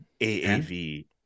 AAV